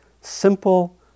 simple